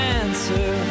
answer